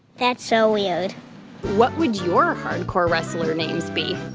that's so weird what would your hardcore wrestler names be?